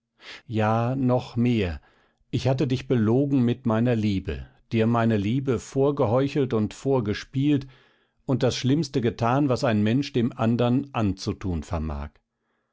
ja noch mehr ich hatte dich belogen mit meiner liebe dir meine liebe vorgeheuchelt und vorgespielt und das schlimmste getan was ein mensch dem andern anzutun vermag